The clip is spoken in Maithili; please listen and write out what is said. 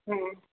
हँ